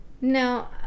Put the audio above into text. no